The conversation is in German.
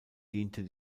diente